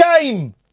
game